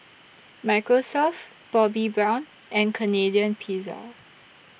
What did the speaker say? Microsoft Bobbi Brown and Canadian Pizza